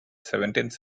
seventeenth